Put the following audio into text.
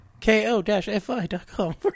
ko-fi.com